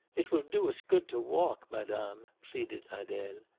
it will do us good to walk, madame, pleaded adele.